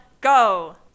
go